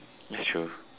it's true